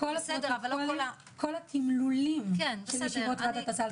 כל התמלולים של ישיבות הסל,